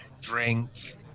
drink